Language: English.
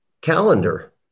calendar